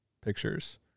pictures